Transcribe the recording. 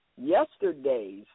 yesterday's